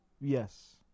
Yes